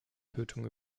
tötung